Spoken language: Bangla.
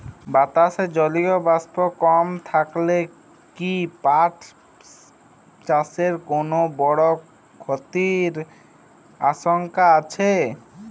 বাতাসে জলীয় বাষ্প কম থাকলে কি পাট চাষে কোনো বড় ক্ষতির আশঙ্কা আছে?